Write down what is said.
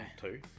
two